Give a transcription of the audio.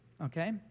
Okay